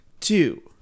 two